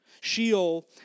Sheol